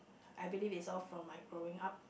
I believe is all from my growing up